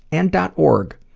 and dot org,